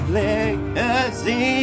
legacy